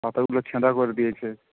পাতাগুলো ছ্যাঁদা করে দিয়েছে